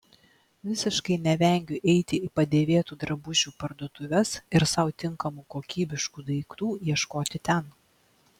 visiškai nevengiu eiti į padėvėtų drabužių parduotuves ir sau tinkamų kokybiškų daiktų ieškoti ten